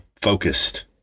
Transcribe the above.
focused